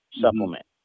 supplement